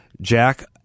Jack